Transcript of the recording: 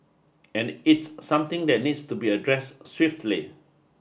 and it's something that needs to be addressed swiftly